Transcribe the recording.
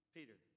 Peter